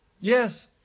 yes